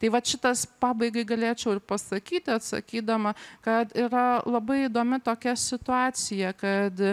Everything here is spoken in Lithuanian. tai vat šitas pabaigai galėčiau pasakyti atsakydama kad yra labai įdomi tokia situacija kad